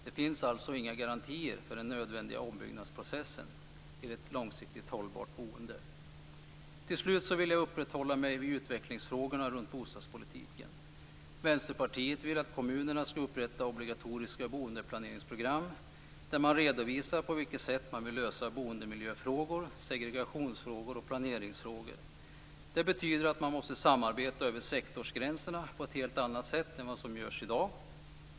Det finns alltså inga garantier för den nödvändiga ombyggnadsprocessen till ett långsiktigt hållbart boende. Till slut vill jag uppehålla mig vid utvecklingsfrågorna runt bostadspolitiken. Vänsterpartiet vill att kommunerna skall upprätta obligatoriska boendeplaneringsprogram där man redovisar på vilket sätt man vill lösa boendemiljöfrågor, segregationsfrågor och planeringsfrågor. Det betyder att man måste samarbeta över sektorsgränserna på ett helt annat sätt än vad som görs i dag.